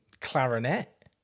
clarinet